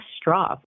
straw